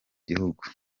gihugu